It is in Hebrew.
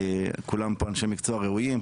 כולם פה אנשי מקצוע ראויים,